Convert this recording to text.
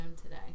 Today